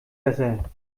besser